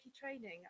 training